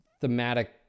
thematic